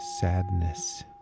sadness